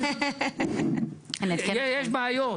יש בעיות.